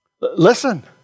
Listen